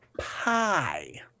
pie